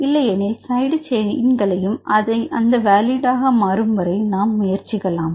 இல்லையெனில் சைடு சைன்களையும் அந்த வேலிட்ஆக மாறும்வரை நாம் முயற்சிக்க லாம்